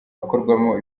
akorwamo